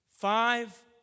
Five